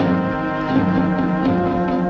or